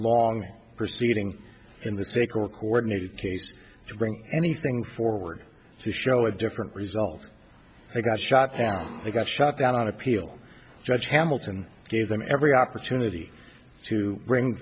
long proceeding in the sacred coordinated case to bring anything forward to show a different result they got shot they got shot down on appeal judge hamilton gave them every opportunity to bring